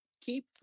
keep